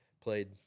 played